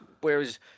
Whereas